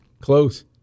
Close